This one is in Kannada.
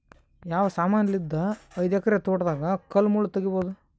ಯಾವ ಸಮಾನಲಿದ್ದ ಐದು ಎಕರ ತೋಟದಾಗ ಕಲ್ ಮುಳ್ ತಗಿಬೊದ?